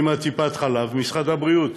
עם טיפת חלב, משרד הבריאות.